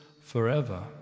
forever